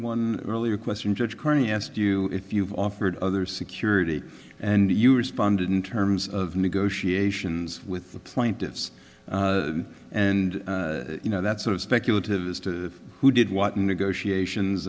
one earlier question judge kearney asked you if you've offered other security and you responded in terms of negotiations with the plaintiffs and you know that's sort of speculative as to who did what negotiations